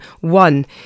One